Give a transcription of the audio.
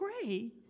pray